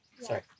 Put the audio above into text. sorry